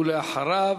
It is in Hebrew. ואחריו,